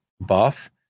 buff